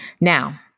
Now